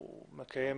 הוא מקיים